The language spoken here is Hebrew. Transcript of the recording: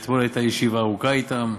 אתמול הייתה ישיבה ארוכה אתם,